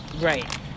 Right